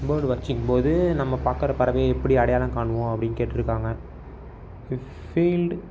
bird ஃ வாட்சிங் போது நம்ம பார்க்குற பறவையை எப்படி அடையாளம் காண்போம் அப்படின்னு கேட்டிருக்காங்க ஃப் ஃபீல்டு